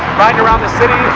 ride around the city